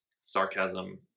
sarcasm